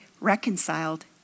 reconciled